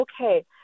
okay